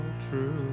true